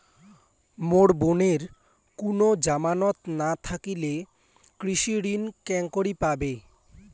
মোর বোনের কুনো জামানত না থাকিলে কৃষি ঋণ কেঙকরি পাবে?